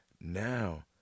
Now